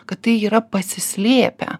kad tai yra pasislėpę